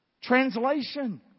translation